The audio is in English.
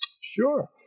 Sure